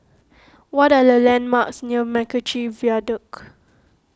what are the landmarks near MacRitchie Viaduct